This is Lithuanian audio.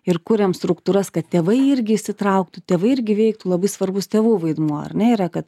ir kuriam struktūras kad tėvai irgi įsitrauktų tėvai irgi veiktų labai svarbus tėvų vaidmuo ar ne yra kad